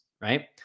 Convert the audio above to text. right